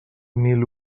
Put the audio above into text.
mil